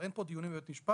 כבר אין פה דיונים בבית משפט,